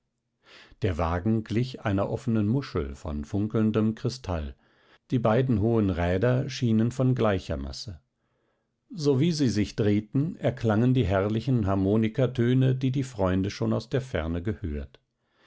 der wagen glich einer offenen muschel von funkelndem kristall die beiden hohen räder schienen von gleicher masse sowie sie sich drehten erklangen die herrlichen harmonikatöne die die freunde schon aus der ferne gehört